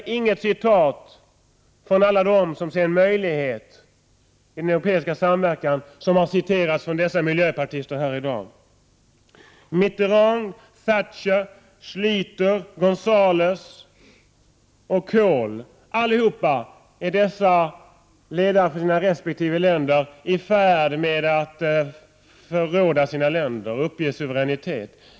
Å andra sidan har de i dag inte heller anfört något citat från det som sagts av alla dem som ser det europeiska samarbetet som en möjlighet. Mitterand, Thatcher, Schläter, Gonzalez och Kohl är alla ledare som är i färd med att förråda sina resp. länder och uppge sin suveränitet.